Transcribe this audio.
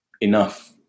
enough